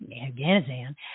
Afghanistan